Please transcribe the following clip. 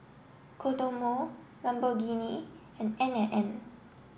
Kodomo Lamborghini and N and N